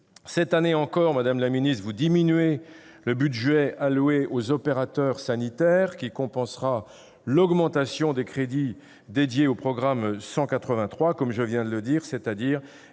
Cette année encore, madame la ministre, vous diminuez le budget alloué aux opérateurs sanitaires pour compenser l'augmentation des crédits dédiés au programme 183, c'est-à-dire